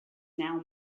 now